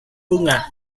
bunga